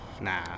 Nah